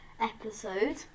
episode